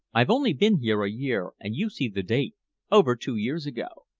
i've only been here a year, and you see the date over two years ago.